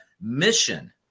mission